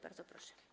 Bardzo proszę.